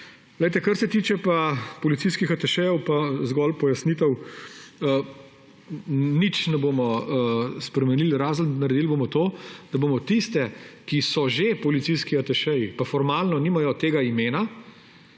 Kar se tiče pa policijskih atašejev, pa zgolj pojasnitev. Nič ne bomo spremenili, naredili bomo to, da bomo tiste, ki so že policijski atašeji, pa formalno nimajo tega imena,